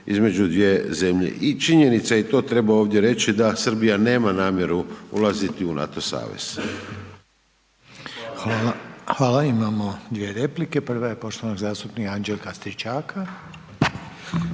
između dvije zemlje i činjenica je to, treba ovdje reći da Srbija nema namjeru ulaziti u NATO savez. **Reiner, Željko (HDZ)** Hvala. Imamo dvije replike, prva je poštovanog zastupnika Anđelka Stričaka.